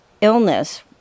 illness